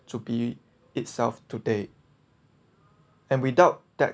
to be itself today and without that